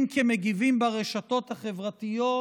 אם כמגיבים ברשתות החברתיות